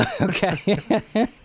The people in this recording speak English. Okay